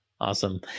Awesome